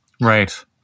Right